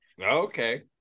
Okay